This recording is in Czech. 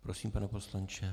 Prosím, pane poslanče.